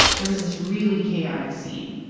there was this really chaotic scene.